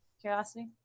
curiosity